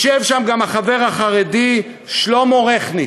ישב שם גם החבר החרדי שלמה רכניץ,